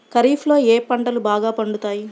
ఖరీఫ్లో ఏ పంటలు బాగా పండుతాయి?